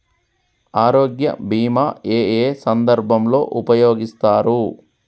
ఆరోగ్య బీమా ఏ ఏ సందర్భంలో ఉపయోగిస్తారు?